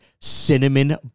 cinnamon